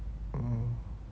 mm